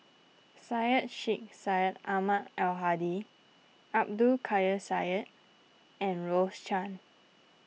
Syed Sheikh Syed Ahmad Al Hadi Abdul Kadir Syed and Rose Chan